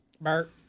Bert